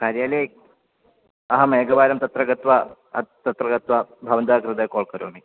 कार्यालये अहमेकवारं तत्र गत्वा तत्र गत्वा भवन्तः कृते काल् करोमि